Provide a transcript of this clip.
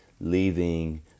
leaving